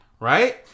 right